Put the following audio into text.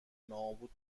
نابود